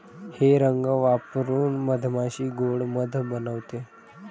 हे रंग वापरून मधमाशी गोड़ मध बनवते